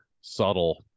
Subtle